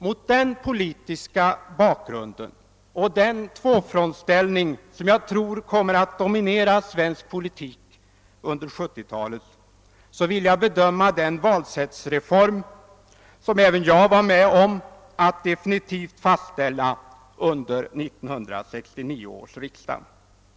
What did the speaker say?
Mot denna politiska bakgrund och mot bakgrund av den tvåfrontsställning som jag tror kommer att dominera svensk politik under 1970-talet vill jag bedöma den valsättsreform som även jag var med om att definitivt fastställa under 1969 års riksdag.